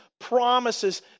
promises